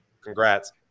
congrats